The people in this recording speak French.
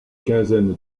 quinzaine